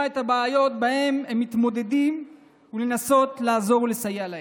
את הבעיות שאיתן הם מתמודדים ולנסות לעזור ולסייע להם.